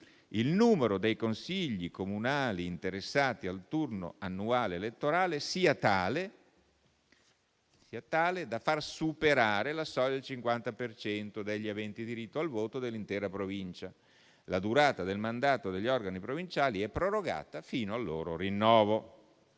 il numero dei consigli comunali interessati al turno annuale elettorale sia tale da far superare la soglia del 50 per cento degli aventi diritto al voto dell'intera Provincia. La durata del mandato degli organi provinciali è prorogata fino al loro rinnovo.